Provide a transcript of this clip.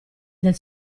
del